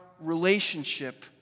relationship